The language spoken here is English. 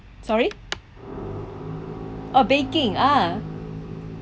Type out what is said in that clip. sorry oh baking ah